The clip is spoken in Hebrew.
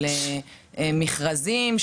של מכרזים,